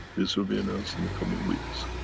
this will be announced in the coming weeks,